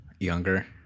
Younger